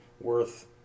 worth